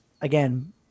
again